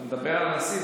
אתה מדבר על הנשיא.